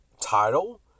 title